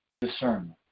discernment